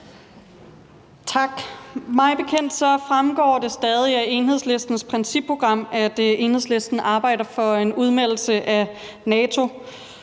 Tak. Mig bekendt fremgår det stadig af Enhedslistens principprogram, at Enhedslisten arbejder for en udmeldelse af NATO.